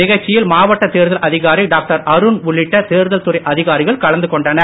நிகழ்ச்சியில் மாவட்ட தேர்தல் அதிகாரி டாக்டர் அருண் உட்பட தேர்தல் துறை அதிகாரிகள் கலந்து கொண்டனர்